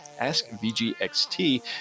AskVGXT